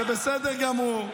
זה בסדר גמור.